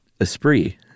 Esprit